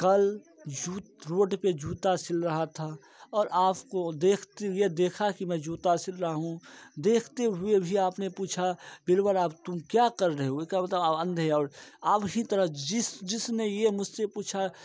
कल जुते रोड पर जूता सी रहा था और आप को देखते हुए देखा कि मैं जूता सी रहा हूँ देखते हुए भी आपने पूछा बीरबल आप तुम क्या कर रहे हो इसका मतलब आप अंधे आप ही तरह जिस जिस ने मुझ से पूछा